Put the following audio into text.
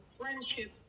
friendship